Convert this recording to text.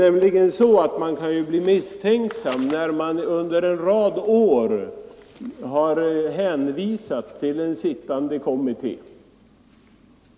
Regeringen har under en rad år hänvisat till en sittande kommitté.